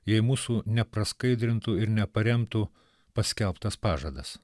jei mūsų nepraskaidrintų ir neparemtų paskelbtas pažadas